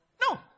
No